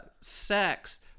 sex